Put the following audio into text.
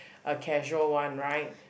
a casual one right